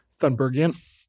Thunbergian